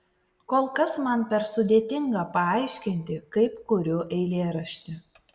kol kas man per sudėtinga paaiškinti kaip kuriu eilėraštį